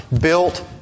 built